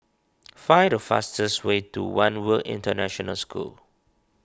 find the fastest way to one World International School